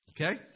Okay